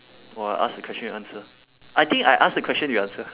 or I ask the question you answer I think I ask the question you answer